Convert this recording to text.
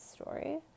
story